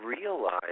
realize